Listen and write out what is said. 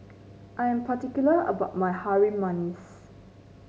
I am particular about my Harum Manis